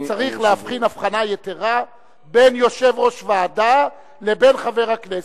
להבחין הבחנה יתירה בין יושב-ראש ועדה לבין חבר הכנסת.